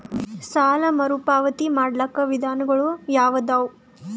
ಸಾಲ ಮರುಪಾವತಿ ಮಾಡ್ಲಿಕ್ಕ ವಿಧಾನಗಳು ಯಾವದವಾ?